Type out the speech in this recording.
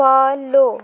follow